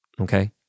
Okay